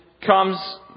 comes